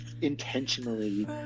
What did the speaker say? intentionally